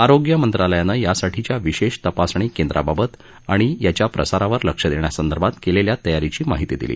आरोग्य मंत्रालयानं यासाठीच्या विशेष तपासणी केंद्राबाबत आणि या प्रसारावर लक्ष देण्यासंदर्भात केलेल्या तयारीची माहिती दिली